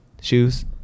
shoes